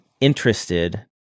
interested